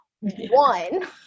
One